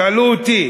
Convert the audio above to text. שאלו אותי